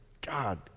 God